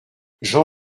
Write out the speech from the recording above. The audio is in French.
jean